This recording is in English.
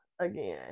again